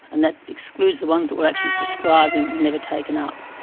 and that excludes the ones that were actually prescribed and were never taken up.